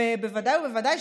ובוודאי ובוודאי,